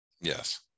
Yes